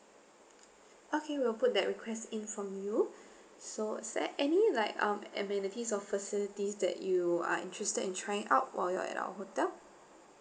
okay will put that request in from you so is there any like um amenities or facilities that you are interested in trying out while you're at our hotel